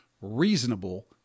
reasonable